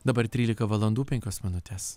dabar trylika valandų penkios minutės